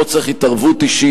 פה צריך התערבות אישית,